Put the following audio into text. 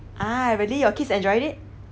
ah really your kids enjoyed it